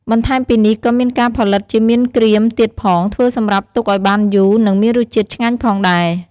បន្ថែមពីនេះ ក៏មានការផលិតជាមៀនក្រៀមទៀតផង ធ្វើសម្រាប់ទុកឱ្យបានយូរ និង មានរសជាតិឆ្ងាញ់ផងដែរ។